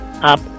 up